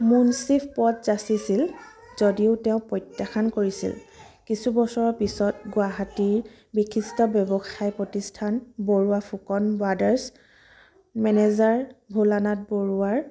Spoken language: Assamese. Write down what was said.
মুনছিফ পদ যাঁচিছিল যদিও তেওঁ প্ৰত্যাখ্যান কৰিছিল কিছু বছৰৰ পিছত গুৱাহাটীৰ বিশিষ্ট ব্যৱসায় প্ৰতিষ্ঠান বৰুৱা ফুকন ব্ৰাডাৰ্ছ মেনেজাৰ ভোলানাথ বৰুৱাৰ